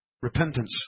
Repentance